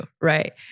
right